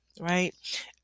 right